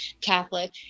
Catholic